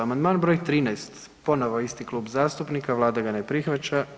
Amandman broj 13. ponovo isti klub zastupnika, Vlada ga ne prihvaća.